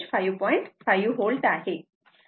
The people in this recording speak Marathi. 5 V आहे